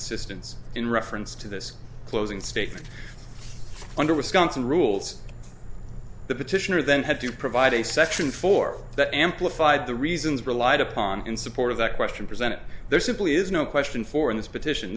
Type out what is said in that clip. assistance in reference to this closing statement under wisconsin rules the petitioner then had to provide a section for that amplified the reasons relied upon in support of that question presented there simply is no question for in this petition